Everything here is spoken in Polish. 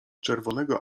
czerwonego